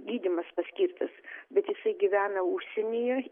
gydymas paskirtas bet jisai gyvena užsienyje